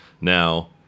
now